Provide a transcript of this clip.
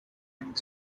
and